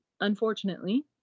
unfortunately